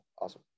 awesome